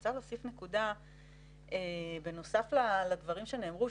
רוצה להוסיף נקודה בנוסף לדברים שנאמרו,